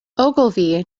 ogilvy